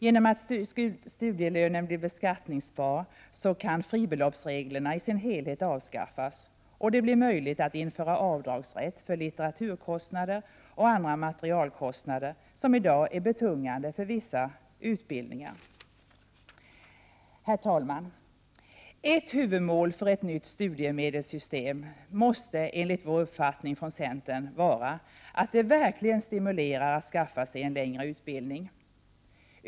Genom att studielönen blir beskattningsbar kan fribeloppsreglerna i sin helhet avskaffas, och det blir möjligt att införa avdragsrätt för litteraturkostnader och andra materialkostnader, som i dag är betungande för vissa utbildningar. Herr talman! Ett huvudmål för ett nytt studiemedelssystem måste, enligt vår uppfattning i centern, vara att det verkligen stimulerar de studerande till att skaffa sig en längre utbildning.